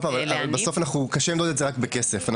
עוד פעם, בסוף קשרנו את זה רק בכסף.